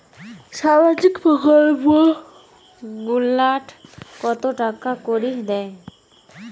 সামাজিক প্রকল্প গুলাট কত টাকা করি দেয়?